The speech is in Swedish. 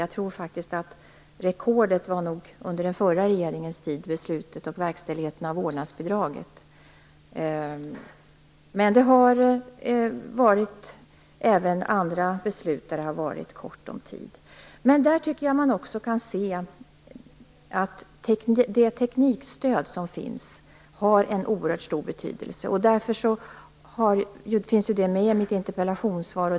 Jag tror faktiskt att rekordet nog var beslutet om och verkställigheten av vårdnadsbidraget under den förra regeringens tid. Men även när det gäller andra beslut har tiden varit kort. På den här punkten tycker jag att man kan se att det teknikstöd som finns har en oerhört stor betydelse. Därför finns det med i mitt interpellationssvar.